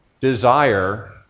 desire